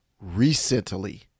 recently